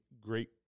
great